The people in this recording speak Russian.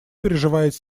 переживает